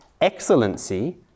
excellency